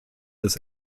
des